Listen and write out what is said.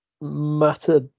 matter